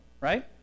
right